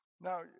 Now